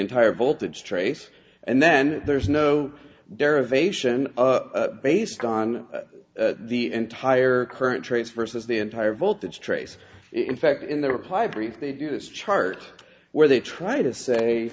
entire voltage trace and then there's no derivation based on the entire current trace vs the entire voltage trace in fact in their reply brief they do this chart where they try to say